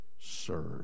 serve